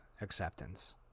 acceptance